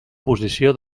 posició